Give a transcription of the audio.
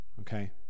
okay